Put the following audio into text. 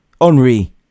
Henri